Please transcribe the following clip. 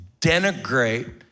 denigrate